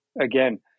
Again